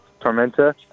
Tormenta